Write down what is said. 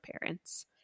parents